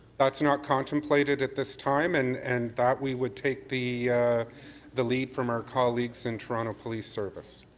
that's not contemplated at this time, and and that we would take the the lead from our colleagues in toronto police service.